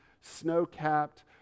snow-capped